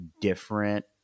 different